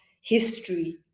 history